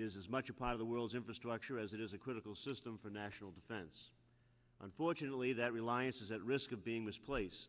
is as much a part of the world's infrastructure as it is a critical system for national defense unfortunately that reliance is at risk of being this place